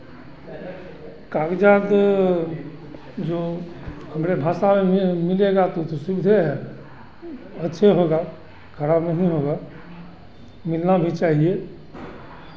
कागज़ात जो हमरे भाषा में मिलेगा तब तो सुविधे है अच्छे होगा खराब नहीं होगा मिलना भी चाहिए